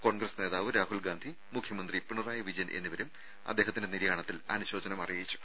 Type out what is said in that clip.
കോൺഗ്രസ് നേതാവ് രാഹുൽ ഗാന്ധി മുഖ്യമന്ത്രി പിണറായി വിജയൻ എന്നിവരും അദ്ദേഹത്തിന്റെ നിര്യാണത്തിൽ അനുശോചനം അറിയിച്ചു